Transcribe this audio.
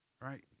Right